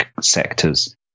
sectors